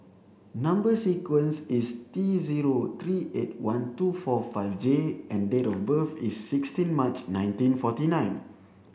number sequence is T zero three eight one two four five J and date of birth is sixteen March nineteen forty nine